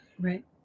Right